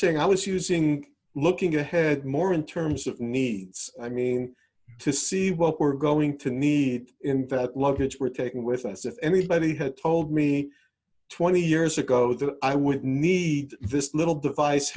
saying i was using looking ahead more in terms of needs i mean to see what we're going to need in that luggage we're taking with us if anybody had told me twenty years ago that i would need this little device